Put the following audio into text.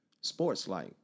sports-like